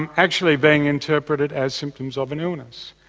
and actually being interpreted as symptoms of an illness.